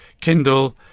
Kindle